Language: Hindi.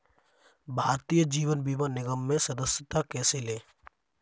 भारतीय जीवन बीमा निगम में सदस्यता कैसे लें?